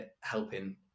helping